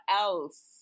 else